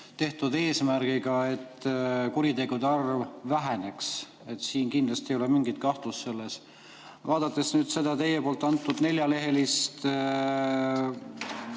tehtud eesmärgiga, et kuritegude arv väheneks. Siin kindlasti ei ole mingit kahtlust. Vaadates nüüd seda teie antud neljalehelist